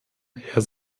herr